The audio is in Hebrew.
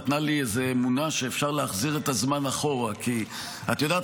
נתנה לי איזו אמונה שאפשר להחזיר את הזמן אחורה כי את יודעת,